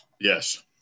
Yes